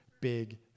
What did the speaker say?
big